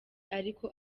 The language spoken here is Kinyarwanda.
ariko